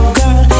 girl